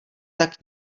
tak